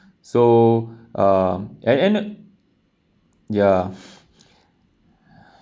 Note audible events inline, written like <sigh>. so um and end up ya <laughs>